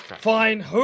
Fine